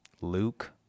Luke